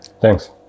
Thanks